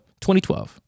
2012